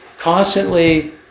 Constantly